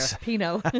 Pinot